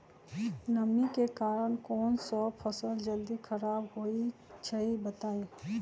नमी के कारन कौन स फसल जल्दी खराब होई छई बताई?